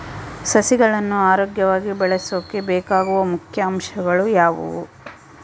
ಸಸಿಗಳನ್ನು ಆರೋಗ್ಯವಾಗಿ ಬೆಳಸೊಕೆ ಬೇಕಾಗುವ ಮುಖ್ಯ ಅಂಶಗಳು ಯಾವವು?